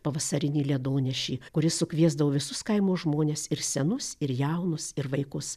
pavasarinį ledonešį kuris sukviesdavo visus kaimo žmones ir senus ir jaunus ir vaikus